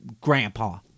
Grandpa